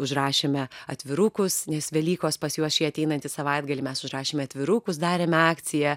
užrašėme atvirukus nes velykos pas juos šį ateinantį savaitgalį mes užrašėme atvirukus darėme akciją